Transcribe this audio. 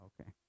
Okay